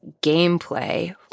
gameplay